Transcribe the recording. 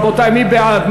רבותי, מי בעד?